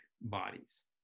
bodies